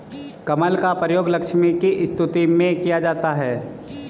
कमल का प्रयोग लक्ष्मी की स्तुति में किया जाता है